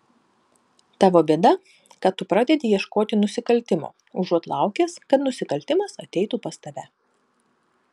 tavo bėda kad tu pradedi ieškoti nusikaltimo užuot laukęs kad nusikaltimas ateitų pas tave